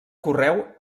correu